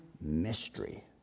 mystery